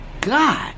God